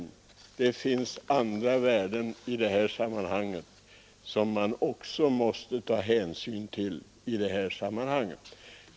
Det finns andra värden som man också måste ta hänsyn till i detta sammanhang.